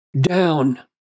down